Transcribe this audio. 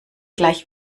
gleich